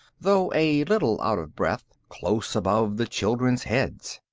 though a little out of breath, close above the children's heads.